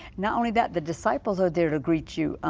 not only that the disciples are there to greet you,